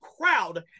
crowd